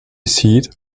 seat